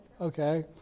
Okay